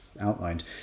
outlined